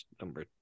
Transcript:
number